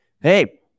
Hey